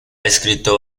escrito